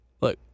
Look